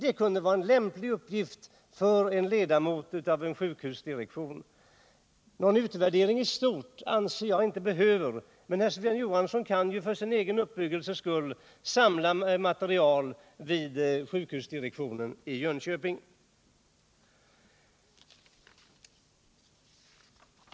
Det kunde vara en lämplig uppgift för en ledamot av en sjukhusdirektion. Någon rikstäckande utredning anser jag inte behövs, men Sven Johansson kan ju för sin egen uppbyggelses skull samla material via sjukhusdirektionen i Jönköping.